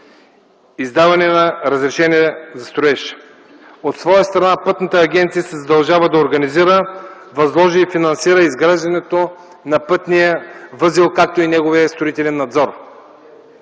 издаване на разрешение за строеж. От своя страна, Пътната агенция се задължава да организира, възложи и финансира изграждането на пътния възел, както и неговия строителен надзор.